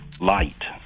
light